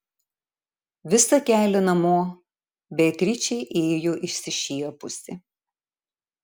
visą kelią namo beatričė ėjo išsišiepusi